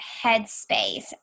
headspace